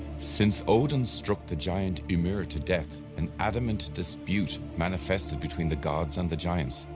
since odin struck the giant ymir to death, an adamant dispute manifested between the gods and the giants,